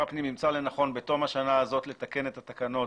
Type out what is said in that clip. הפנים ימצא לנכון בתום השנה הזאת לתקן את התקנות